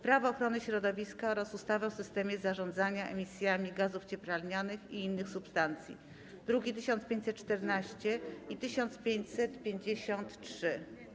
Prawo ochrony środowiska oraz ustawy o systemie zarządzania emisjami gazów cieplarnianych i innych substancji (druki nr 1514 i 1553)